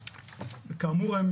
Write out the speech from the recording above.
וכאמור,